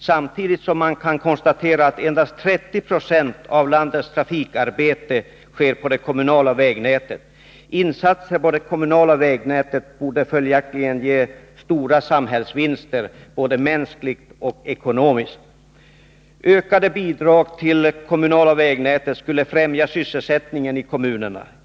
Samtidigt kan man konstatera att endast 30 90 av landets trafikarbete sker på det kommunala vägnätet. Insatser på det kommunala vägnätet borde följaktligen ge stora samhällsvinster både mänskligt och ekonomiskt. En ökning av bidragen till det kommunala vägnätet skulle främja sysselsättningen i kommunerna.